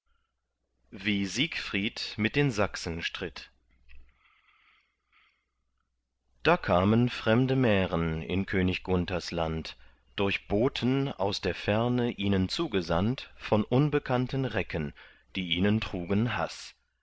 wie siegfried mit den sachsen stritt da kamen fremde mären in könig gunthers land durch boten aus der ferne ihnen zugesandt von unbekannten recken die ihnen trugen haß